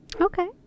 Okay